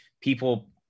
people